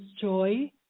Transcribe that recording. joy